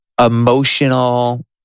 emotional